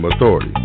Authority